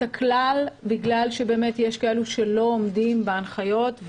הכלל בגלל שיש מי שלא עומדים בהנחיות.